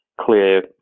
clear